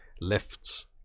lifts